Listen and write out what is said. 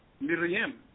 Miriam